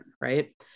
right